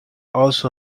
also